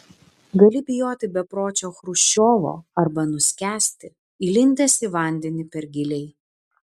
gali bijoti bepročio chruščiovo arba nuskęsti įlindęs į vandenį per giliai